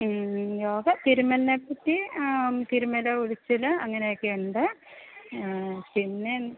യോഗ തിരുമ്മൽനെ പറ്റി ആ തിരുമ്മൽ ഉഴിച്ചിൽ അങ്ങനെയൊക്കെയുണ്ട് പിന്നെ